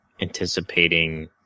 anticipating